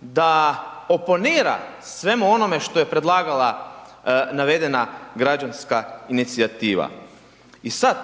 da oponira svemu onome što je predlagala navedena građanska inicijativa. I sad,